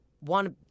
want